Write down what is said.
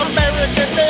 American